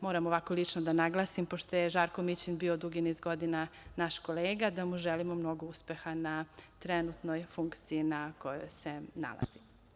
Moram ovako lično da naglasim, pošto je Žarko Mićin bio dugi niz godina naš kolega, da mu želimo mnogo uspeha na trenutnoj funkciji na kojoj se nalazi.